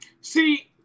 See